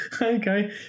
Okay